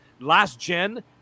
last-gen